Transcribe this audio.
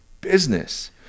business